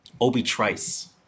Obi-Trice